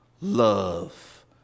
love